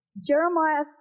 Jeremiah